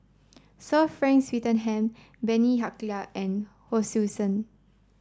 Sir Frank Swettenham Bani Haykal and Hon Sui Sen